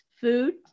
food